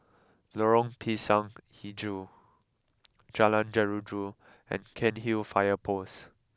Lorong Pisang HiJau Jalan Jeruju and Cairnhill Fire Post